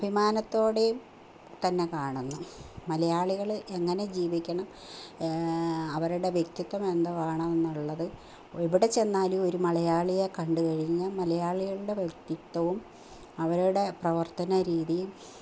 അഭിമാനത്തോടെയും തന്നെ കാണുന്നു മലയാളികൾ എങ്ങനെ ജീവിക്കണം അവരുടെ വ്യക്തിത്വം എന്തുവാണെന്നുള്ളത് എവിടെച്ചെന്നാലും ഒരു മലയാളിയെ കണ്ടു കഴിഞ്ഞാൽ മലയാളികളുടെ വ്യക്തിത്വവും അവരുടെ പ്രവർത്തനരീതിയും